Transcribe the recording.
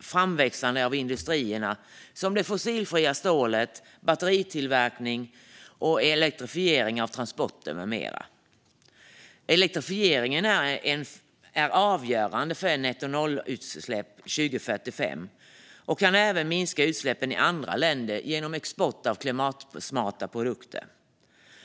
framväxten av industrier som det fossilfria stålet, batteritillverkning och elektrifiering av transporter med mera. Elektrifieringen är avgörande för att nå nettonollutsläpp 2045 och kan även minska utsläppen i andra länder genom export av klimatsmarta produkter.